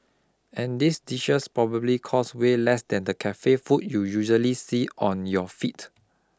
and these dishes probably cost way less than the cafe food you usually see on your feet